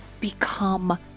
become